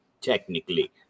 technically